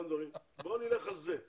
גם דברים, בוא נלך על זה.